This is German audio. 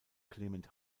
clement